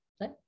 right